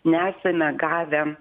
nesame gavę